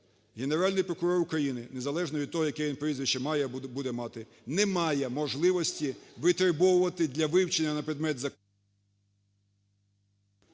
Генеральний прокурор України, в незалежності від того, яке він прізвище має або буде мати, не має можливості витребовувати для вивчення на предмет закон…